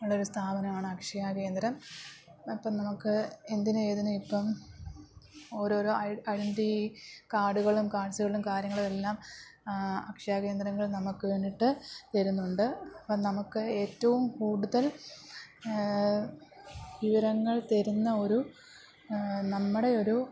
ഉള്ളൊരു സ്ഥാപനമാണ് അക്ഷയ കേന്ദ്രം അപ്പോള് നമുക്ക് എന്തിനു ഏതിനും ഇപ്പോള് ഓരോരോ ഐ ഐഡൻറ്റി കാർഡുകളും കാർഡ്സുകളും കാര്യങ്ങളു എല്ലാം അക്ഷയ കേന്ദ്രങ്ങൾ നമുക്ക് വേണ്ടിയിട്ട് തരുന്നുണ്ട് ഇപ്പോള് നമുക്ക് ഏറ്റവും കൂടുതൽ വിവരങ്ങൾ തരുന്ന ഒരു നമ്മുടെ ഒരു